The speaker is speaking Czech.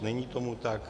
Není tomu tak.